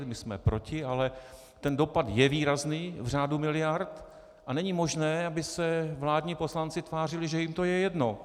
My jsme proti, ale ten dopad je výrazný v řádu miliard a není možné, aby se vládní poslanci tvářili, že jim to je jedno.